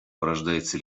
порождается